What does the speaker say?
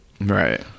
Right